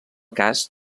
cas